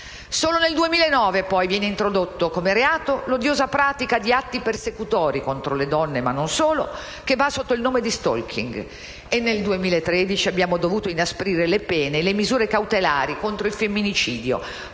Solo nel 2009 viene introdotta la norma che considera reato l'odiosa pratica degli atti persecutori contro le donne e non solo, che va sotto il nome di *stalking*. Nel 2013 abbiamo dovuto inasprire le pene e le misure cautelari contro il femminicidio,